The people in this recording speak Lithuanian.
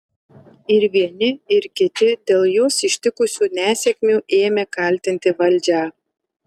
ir vieni ir kiti dėl juos ištikusių nesėkmių ėmė kaltinti valdžią